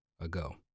ago